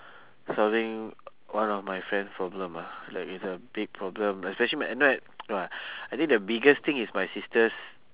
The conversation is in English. solving one of my friend's problem ah like it's a big problem especially my at night I think the biggest thing is my sister's